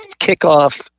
kickoff